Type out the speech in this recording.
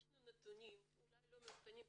יש נתונים אולי לא מעודכנים ביותר,